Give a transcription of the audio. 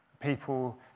people